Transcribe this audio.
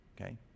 okay